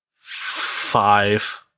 five